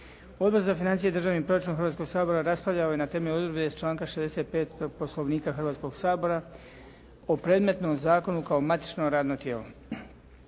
Odbor za financije i državni proračun Hrvatskoga sabora raspravljao je na temelju odredbe iz članka 65. Poslovnika Hrvatskoga sabora o predmetnom zakonu kao matično radno tijelo.